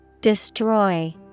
Destroy